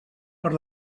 per